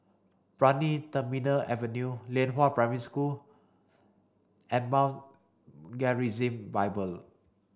Brani Terminal Avenue Lianhua Primary School and Mount Gerizim Bible